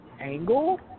Angle